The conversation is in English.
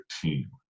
team